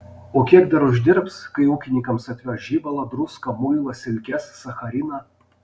o kiek dar uždirbs kai ūkininkams atveš žibalą druską muilą silkes sachariną